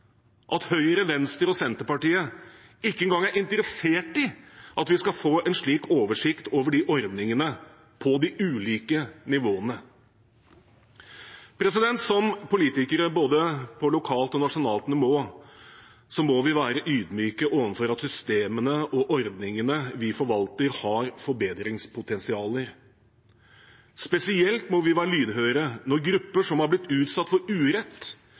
at Høyre, Venstre og Senterpartiet ikke engang er interessert i at vi skal få en slik oversikt over ordningene på de ulike nivåene. Som politikere på både lokalt og nasjonalt nivå må vi være ydmyke overfor at systemene og ordningene vi forvalter, har forbedringspotensialer. Spesielt må vi være lydhøre når grupper som har blitt utsatt for urett,